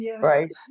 Right